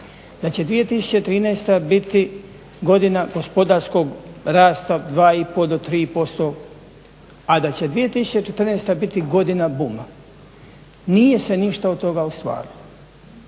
a će 2013.biti godina gospodarskog rasta od 2,5 do 3%, a da će 2014.biti godina buma. Nije se ništa od toga ostvarilo.